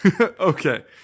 Okay